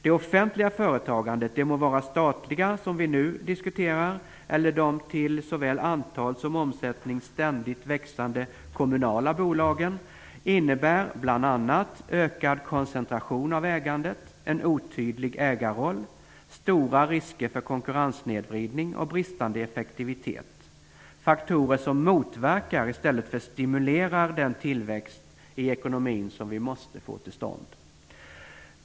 Det offentliga företagandet - det må vara det statliga, som vi nu diskuterar, eller de till såväl antal som omsättning ständigt växande kommunala bolagen - innebär bl.a. ökad koncentration av ägandet, en otydlig ägarroll, stora risker för konkurrenssnedvridning och bristande effektivitet. Det är faktorer som motverkar i stället för stimulerar den tillväxt i ekonomin som vi måste få till stånd.